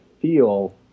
feel